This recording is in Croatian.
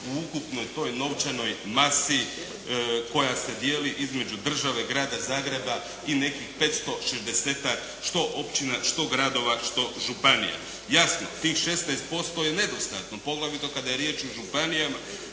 u ukupnoj toj novčanoj masi koja se dijeli između države, Grada Zagreba i nekih 560-tak što općina, što gradova, što županija. Jasno tih 16% je nedostatno poglavito kada je riječ o županijama